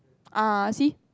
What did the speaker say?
ah see